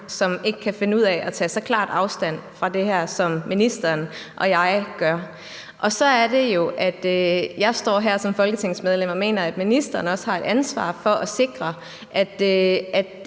som ikke kan finde ud af at tage så klart afstand fra det her, som ministeren og jeg gør. Så er det jo, at jeg står her som folketingsmedlem og mener, at ministeren også har et ansvar for at sikre, at